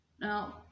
Now